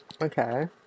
Okay